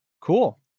Cool